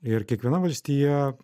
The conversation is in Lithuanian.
ir kiekviena valstija